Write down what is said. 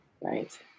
Right